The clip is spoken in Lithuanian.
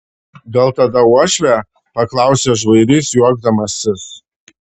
gal tada uošvė paklausė žvairys juokdamasis